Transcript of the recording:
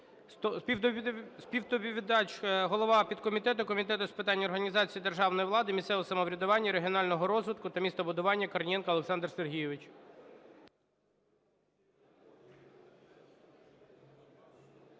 Співдоповідач – голова підкомітету Комітету з питань організації державної влади, місцевого самоврядування, регіонального розвитку та містобудування Корнієнко Олександр Сергійович.